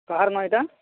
କାହାର୍ ନ ଏଇଟା